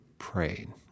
Praying